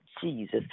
Jesus